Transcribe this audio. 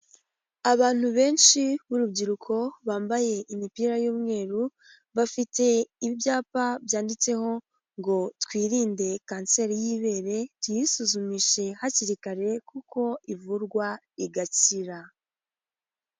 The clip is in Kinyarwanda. Abantu benshi b'urubyiruko bambaye imipira y'umweru, bafite ibyapa byanditseho ngo "twirinde kanseri y'ibere, tuyisuzumishe hakiri kare kuko ivurwa igakira".